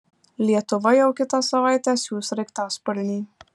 lietuva jau kitą savaitę siųs sraigtasparnį